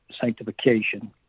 sanctification